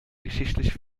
geschichtlich